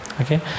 Okay